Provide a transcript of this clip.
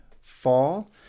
fall